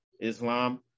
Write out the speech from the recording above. Islam